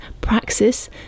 Praxis